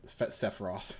Sephiroth